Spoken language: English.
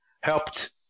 helped